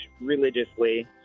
religiously